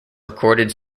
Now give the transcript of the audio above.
recorded